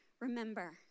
remember